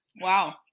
Wow